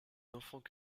d’enfants